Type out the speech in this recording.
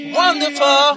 wonderful